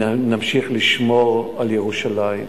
נמשיך לשמור על ירושלים.